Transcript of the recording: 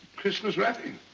christmas wrapping.